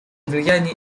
влияния